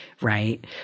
Right